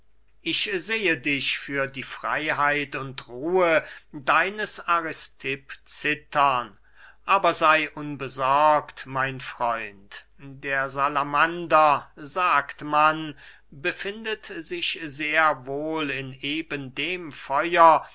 ich sehe dich für die freyheit und ruhe deines aristipp zittern aber sey unbesorgt mein freund der salamander sagt man befindet sich sehr wohl in eben dem feuer